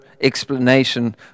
explanation